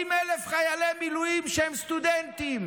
80,000 חיילי מילואים שהם סטודנטים,